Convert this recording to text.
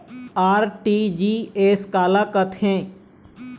RTGS काला कथें?